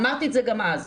אמרתי את זה גם אז.